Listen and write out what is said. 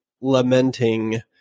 lamenting